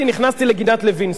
נכנסתי לגינת-לוינסקי,